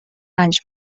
رنج